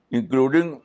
Including